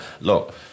look